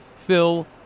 Phil